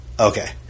Okay